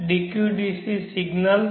dq dc signals